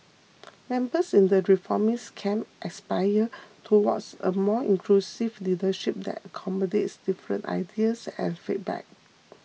members in the reformist camp aspire towards a more inclusive leadership that accommodates different ideas and feedback